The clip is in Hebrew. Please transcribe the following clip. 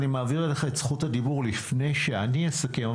אני מעביר אליך את זכות הדיבור לפני שאני אסכם.